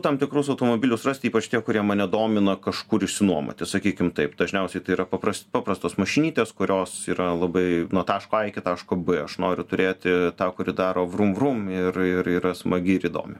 tam tikrus automobilius rasti ypač tie kurie mane domina kažkur išsinuomoti sakykim taip dažniausiai tai yra papras paprastos mašinytės kurios yra labai nuo taško a iki taško b aš noriu turėti tą kuri daro vrum vrum ir ir yra smagi ir įdomi